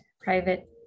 private